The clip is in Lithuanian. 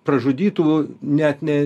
pražudytų net ne